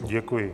Děkuji.